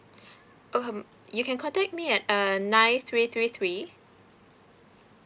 um you can contact me at uh nine three three three